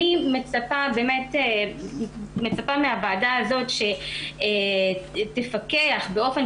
אני מצפה מן הוועדה הזאת שתפקח באופן